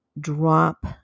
drop